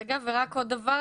רגע ורק עוד דבר,